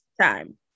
time